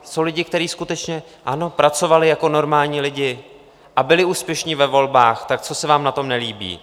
Jsou lidi, kteří skutečně, ano, pracovali jako normální lidi a byli úspěšní ve volbách, tak co se vám na tom nelíbí?